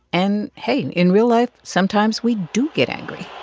and, hey, and in real life, sometimes we do get angry